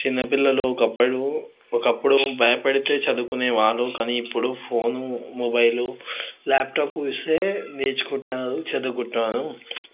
చిన్నపిల్లలు ఒకప్పుడు ఒకప్పుడు భయపెడితే చదువుకునేవాళ్ళు కానీ ఇప్పుడు ఫోను మొబైలు లాప్టాప్ ఇస్తే నేర్చుకుంటున్నారు చదువుకుంటున్నారు